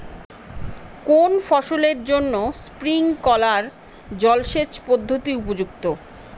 কোন ফসলের জন্য স্প্রিংকলার জলসেচ পদ্ধতি উপযুক্ত?